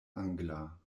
angla